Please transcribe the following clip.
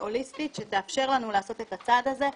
הוליסטית שתאפשר לנו לעשות את הצעד הזה,